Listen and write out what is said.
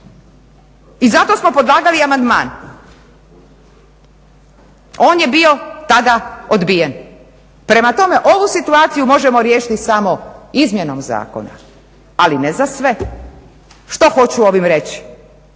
I zato smo predlagali amandman, on je bio tada odbijen. Prema tome ovu situaciju možemo riješiti samo izmjenom zakona ali ne za sve. Što hoću ovim reći?